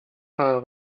speyer